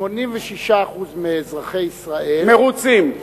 86% מאזרחי ישראל, מרוצים.